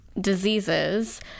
diseases